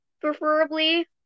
preferably